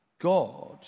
God